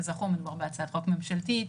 כזכור, מדובר בהצעת חוק ממשלתית.